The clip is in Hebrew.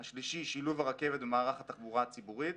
השלישי, שילוב הרכבת במערך התחבורה הציבורית.